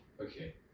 Okay